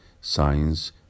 signs